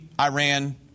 Iran